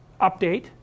update